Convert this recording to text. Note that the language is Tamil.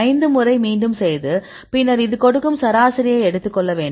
5 முறை மீண்டும் செய்து பின்னர் இது கொடுக்கும் சராசரியை எடுத்துக் கொள்ள வேண்டும்